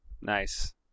Nice